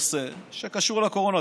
בנושא שקשור לקורונה.